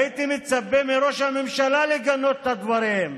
הייתי מצפה מראש הממשלה לגנות את הדברים.